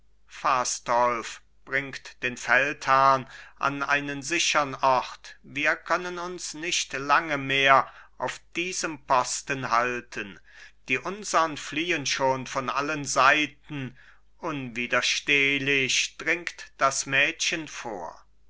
fastolf bringt den feldherrn an einen sichern ort wir können uns nicht lange mehr auf diesem posten halten die unsern fliehen schon von allen seiten unwiderstehlich dringt das mädchen vor